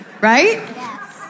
right